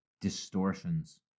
Distortions